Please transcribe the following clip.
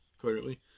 clearly